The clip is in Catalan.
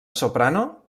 soprano